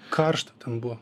karšta ten buvo